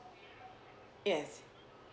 yes